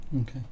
Okay